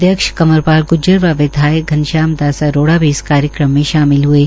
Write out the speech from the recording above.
अध्यक्ष कंवर पाल ग्र्जर व विधायक घनश्याम दास अरोडा भी इस कार्यक्रम में शामिल होंगे